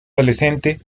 adolescente